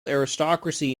aristocracy